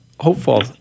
hopeful